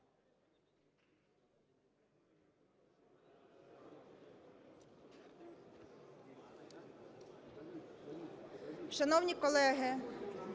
Шановні колеги,